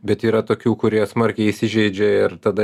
bet yra tokių kurie smarkiai įsižeidžia ir tada